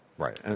Right